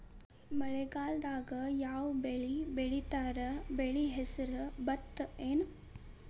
ಮಳೆಗಾಲದಾಗ್ ಯಾವ್ ಬೆಳಿ ಬೆಳಿತಾರ, ಬೆಳಿ ಹೆಸರು ಭತ್ತ ಏನ್?